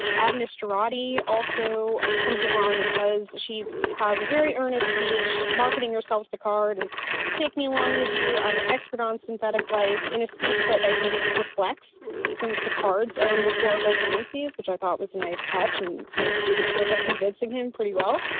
agnes girardi also comes along because she has a very earnest speech marketing herself. picard is take me along with you. i'm an expert on synthetic life. in a speech that i think reflects some of picard's own rhetorical tendencies, which i thought was a nice touch and seems to the trick of convincing him pretty well.